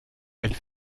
elle